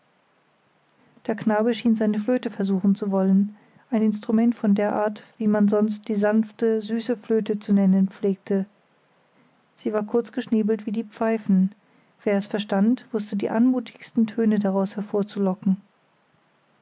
der knabe schien seine flöte versuchen zu wollen ein instrument von der art das man sonst die sanfte süße flöte zu nennen pflegte sie war kurz geschnäbelt wie die pfeifen wer es verstand wußte die anmutigsten töne daraus